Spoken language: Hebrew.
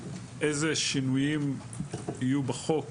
איזה שינויים יהיו בחוק